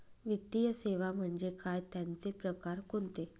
वित्तीय सेवा म्हणजे काय? त्यांचे प्रकार कोणते?